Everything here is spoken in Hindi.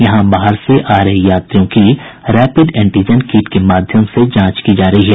यहां बाहर से आ रहे यात्रियों की रैपिड एंटिजन कीट के माध्यम से कोविड जांच की जा रही है